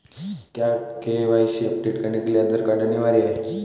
क्या KYC update करने के लिए आधार कार्ड अनिवार्य है?